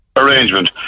arrangement